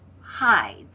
hides